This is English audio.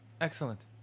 Excellent